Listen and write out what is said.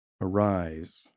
arise